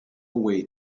way